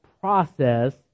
process